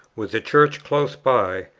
with the church close by,